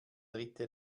dritte